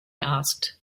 asked